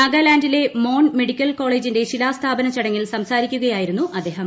നാഗാലാന്റിലെ Mon medical കോളേജിന്റെ ശിലാസ്ഥാപന ചടങ്ങിൽ സംസാരിക്കുകയായിരുന്നു അദ്ദേഹം